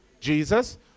jesus